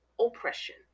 oppression